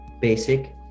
basic